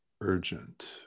urgent